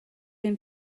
and